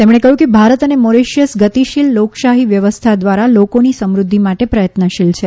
તેમણે કહ્યું કે ભારત અને મોરિશિયસમાં ગતિશીલ લોકશાહી વ્યવસ્થા દ્વારા લોકોની સમૃધ્ધિ માટે પ્રયત્નશીલ છે